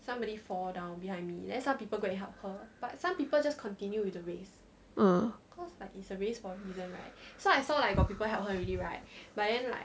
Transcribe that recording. uh